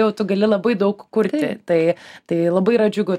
jau tu gali labai daug kurti tai tai labai yra džiugu